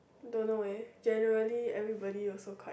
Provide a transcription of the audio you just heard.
don't know eh generally everybody also quite